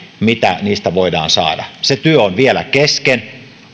mitä niistä voidaan saada se työ on vielä kesken